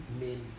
men